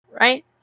right